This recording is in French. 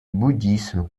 bouddhisme